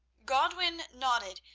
godwin nodded,